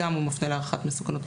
גם הוא מפנה להערכת מסוכנות.